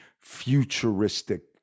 futuristic